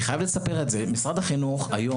אני חייב לספר את זה משרד החינוך מפנה